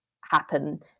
happen